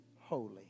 holy